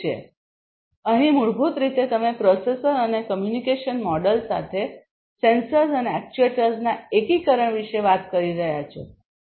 તેથી અહીં મૂળભૂત રીતે તમે પ્રોસેસર અને કમ્યુનિકેશન મોડ્યુલ સાથે સેન્સર્સ અને એક્ટ્યુએટર્સના એકીકરણ વિશે વાત કરી રહ્યા છો